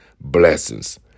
blessings